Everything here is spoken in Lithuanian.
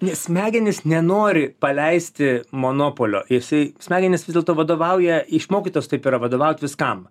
nes smegenys nenori paleisti monopolio jisai smegenys vis dėlto vadovauja išmokytas taip yra vadovaut viskam